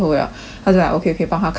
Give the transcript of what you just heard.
他就讲 okay okay 帮他开门出去